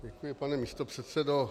Děkuji, pane místopředsedo.